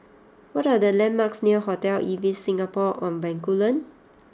what are the landmarks near Hotel Ibis Singapore on Bencoolen